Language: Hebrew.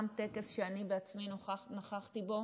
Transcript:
גם טקס שאני בעצמי נכחתי בו